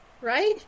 right